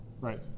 Right